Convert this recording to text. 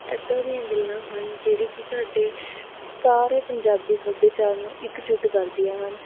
ਇੱਦਾਂ ਦੀਆਂ ਗੱਲਾਂ ਹਨ ਜਿਹੜੇ ਕਿ ਸਾਡੇ ਸਾਰੇ ਪੰਜਾਬੀ ਸੱਭਿਆਚਾਰ ਨੂੰ ਇੱਕ ਜੁੱਟ ਕਰਦੀਆਂ ਹਨ